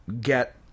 get